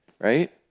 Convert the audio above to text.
right